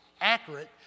accurate